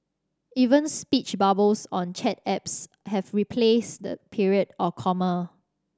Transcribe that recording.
even speech bubbles on chat apps have replaced the period or comma